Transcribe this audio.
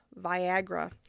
Viagra